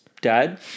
dad